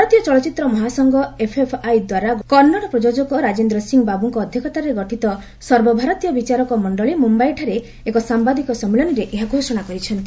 ଭାରତୀୟ ଚଳଚ୍ଚିତ୍ର ମହାସଂଘ ଏଫ୍ଏଫ୍ଆଇଦ୍ୱାରା ଗଠିତ କନ୍ନଡ଼ ପ୍ରଯୋଜକ ରାଜେନ୍ଦ୍ର ସିଂ ବାବୁଙ୍କ ଅଧ୍ୟକ୍ଷତାରେ ଗଠିତ ସର୍ବଭାରତୀୟ ବିଚାରକ ମଣ୍ଡଳୀ ମୁମ୍ୟାଇଠାରେ ଏକ ସାମ୍ବାଦିକ ସମ୍ମିଳନୀରେ ଏହା ଘୋଷଣା କରିଛନ୍ତି